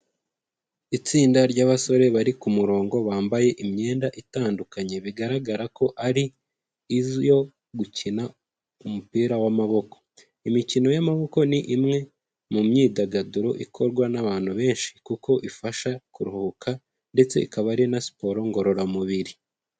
Itsinda ry'abasore bari ku murongo bambaye imyenda itandukanye bigaragara ko ari izi yo gukina umupira w'amaboko, imikino y'amaboko ni imwe mu myidagaduro ikorwa n'abantu benshi kuko ifasha kuruhuka, ndetse ikaba ari na siporo ngororamubiri.